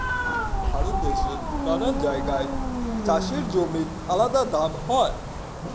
ভারত দেশের নানা জায়গায় চাষের জমির আলাদা দাম হয়